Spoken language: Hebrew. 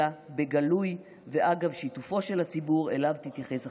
אלא בגלוי ואגב שיתופו של הציבור שאליו תתייחס החקיקה".